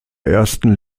ersten